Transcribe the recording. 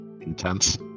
intense